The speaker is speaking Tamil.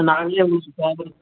நாங்களே உங்களுக்கு ஃபேபரிக்